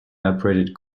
operated